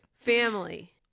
Family